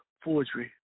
forgery